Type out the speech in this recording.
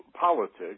politics